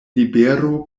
libero